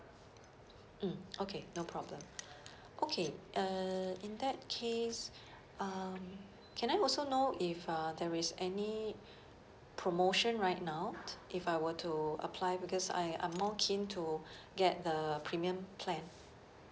mm okay no problem okay uh in that case um can I also know if uh there is any promotion right now if I were to apply because I I'm more keen to get the premium plan